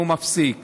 והוא מפסיק.